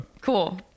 cool